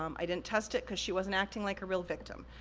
um i didn't test it, cause she wasn't acting like a real victim.